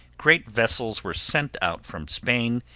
great vessels were sent out from spain,